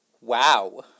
Wow